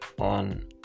on